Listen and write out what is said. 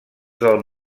del